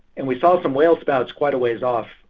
and we saw some whale spouts quite a ways off.